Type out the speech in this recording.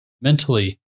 mentally